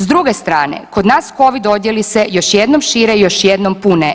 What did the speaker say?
S druge strane kod nas Covid odjeli se još jednom šire i još jednom pune.